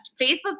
Facebook